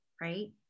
right